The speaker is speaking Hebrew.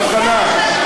האם יש הבחנה בין,